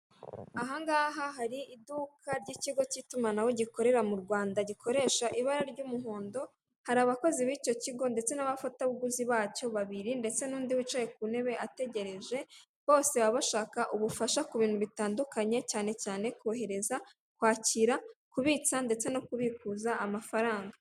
Aha ngaha hari iduka ry'ikigi k'itumanaho gikorera mu Rwanda gikoresha ibara ry'umuhondo hari abakozi bicyo kigo ndetse n'abafatabuguzi bacyo babiri ndetse n'undi wicaye ku ntebe ategereje, bose baba bashaka ubufasha ku bintu bitandukanye cyane cyane kohereza, kwakira, kubitsa ndetse no kubikuza amafaranga.